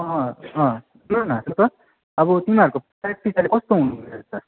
सुन न अब तिमीहरूको प्र्याक्टिस अहिले कस्तो हुँदैछ